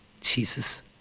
Jesus